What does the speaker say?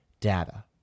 data